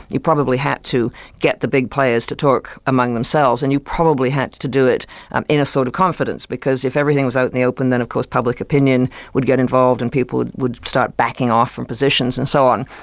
you probably had to get the big players to talk among themselves, and you probably had to do it and air sort of confidence, because if everything was out in the open, then of course public opinion would get involved and people would start backing off in positions and so on.